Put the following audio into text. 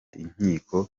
inkiko